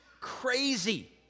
crazy